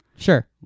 Sure